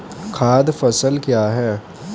खाद्य फसल क्या है?